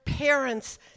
parents